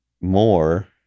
more